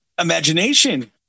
Imagination